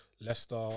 Leicester